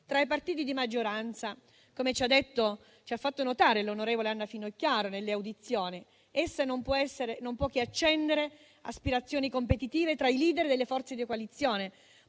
tra i partiti di maggioranza, come ci ha fatto notare l'onorevole Anna Finocchiaro nelle audizioni: essa non può che accendere aspirazioni competitive tra i *leader* delle forze della coalizione,